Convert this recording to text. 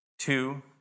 Two